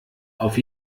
auf